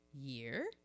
year